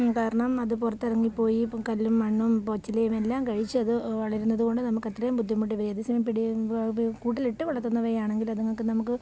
കാരണം അത് പുറത്ത് ഇറങ്ങി പോയി ഇപ്പം കല്ലും മണ്ണും പച്ചിലയുമെല്ലാം കഴിച്ചു അത് വളരുന്നതു കൊണ്ട് നമുക്ക് അത്രയും ബുദ്ധിമുട്ട് ഏത് സമയവും പിടിക്കുമ്പോൾ കൂട്ടിൽ ഇട്ട് വളർത്തുന്നവയാണെങ്കിൽ അതുങ്ങൾക്ക് നമുക്ക്